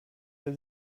der